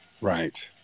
Right